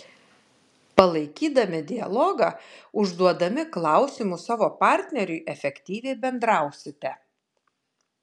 palaikydami dialogą užduodami klausimų savo partneriui efektyviai bendrausite